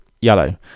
Yellow